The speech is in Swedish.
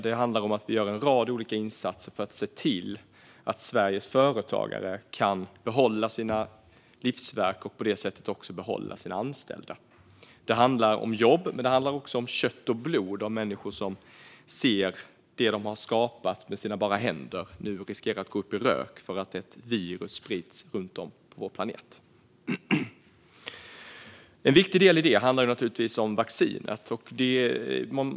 Det handlar om att vi gör en rad olika insatser för att se till att Sveriges företagare kan behålla sina livsverk och på det sättet behålla sina anställda. Det handlar om jobb, men det handlar också om kött och blod. Det är människor som ser att det de har skapat med sina bara händer nu riskerar att gå upp i rök för att ett virus spritts runt om på vår planet. En viktig del i det handlar naturligtvis om vaccinet.